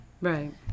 Right